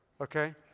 Okay